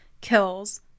kills